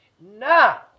now